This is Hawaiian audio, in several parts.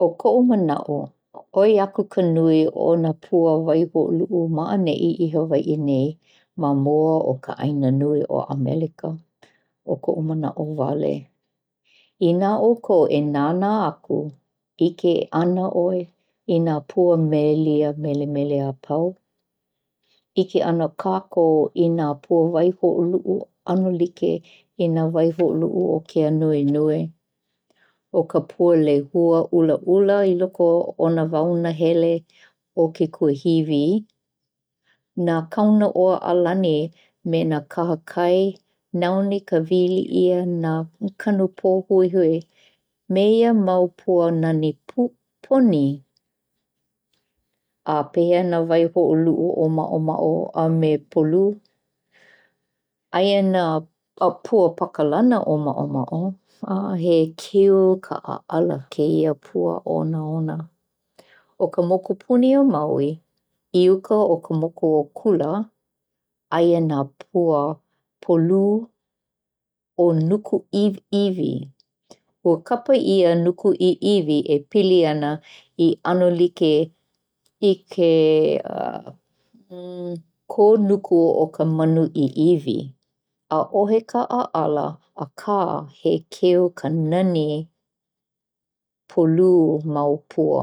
O koʻu manaʻo, oi ʻaku ka nui o nā pua waihoʻolulu maʻaneʻi i Hawaiʻi nei ma mua o ka ʻāina nui o Amelika, o koʻu manaʻo wale. Inā ʻoukou e nānā aku, ʻike ʻana ʻoe i nā pua melia melemele āpau. ʻIke ʻana kākou i nā pua waihoʻolulu ʻano like i nā waihoʻolulu o ke ānuenue, ʻO ka pua Lehua ʻulaʻula i loko o nā wao nahele o ke kuahiwi, nā Kaunaʻoa alani ma ke kahakai nā one ke wiliʻia nā kanu Pōhuehue me ia mau pua nani poni. A pehea nā waihoʻoluʻu ʻōmaʻomaʻo a me polū? Aia nā pua Pakalana ʻōmaʻomaʻo. He keu ka ʻaʻala kēia pua onaona. O ka mokupuni o Maui, i uka i ka moku o Kula, aia nā pua polū ʻo Nuku iʻiwi. Ua kapa ʻia Nuku iʻiwi e pili ana i ʻano like i ke ko nuku o ka manu iʻiwi. ʻAʻohe ka ʻaʻala akā he keu ka nani polū mau pua.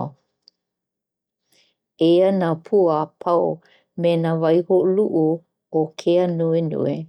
Eia nā pua a pau me nā waihoʻolulu o ke ānuenue.